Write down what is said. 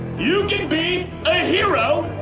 you can be a hero